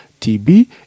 TB